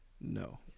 No